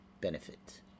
benefit